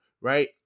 right